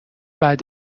بعد